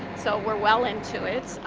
so we're well into it.